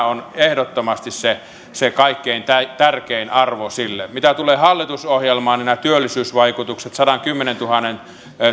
on ehdottomasti se se kaikkein tärkein arvo sille mitä tulee hallitusohjelmaan niin nämä työllisyysvaikutukset sadankymmenentuhannen